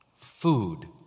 Food